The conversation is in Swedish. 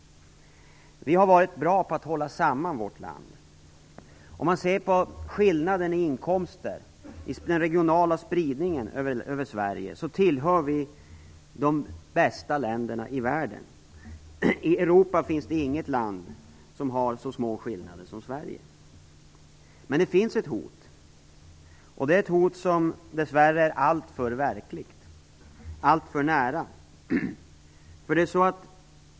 Vi har varit bra på att hålla samman vårt land. Om man ser på skillnader i inkomster och den regionala spridningen av dessa över landet, ser man att Sverige i detta avseende tillhör de bästa länderna i världen. I Europa finns det inget land som har så små skillnader som Sverige. Men det finns ett hot - och det hotet är dessvärre alltför verkligt och alltför nära.